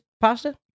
pasta